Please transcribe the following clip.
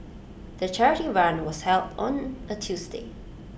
the charity run was held on A Tuesday